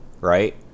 right